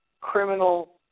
criminal